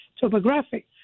topographic